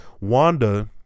wanda